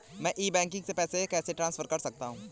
मैं e banking से पैसे कैसे ट्रांसफर कर सकता हूं?